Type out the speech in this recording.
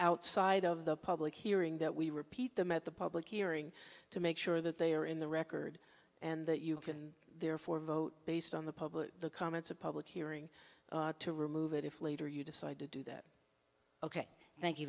outside of the public hearing that we repeat them at the public hearing to make sure that they are in the record and that you can therefore vote based on the public comments a public hearing to remove it if later you decide to do that ok thank you